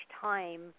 time